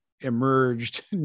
emerged